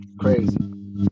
crazy